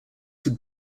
would